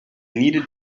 needed